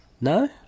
No